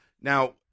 Now